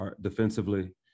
defensively